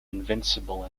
invincible